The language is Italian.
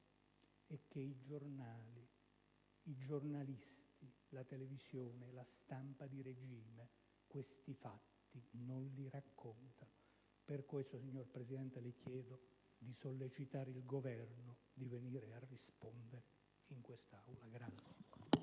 I giornali, però, i giornalisti, la televisione, la stampa di regime questi fatti non li raccontano. Per questo, signor Presidente, le chiedo di sollecitare il Governo a venire a rispondere in quest'Aula.